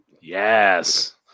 Yes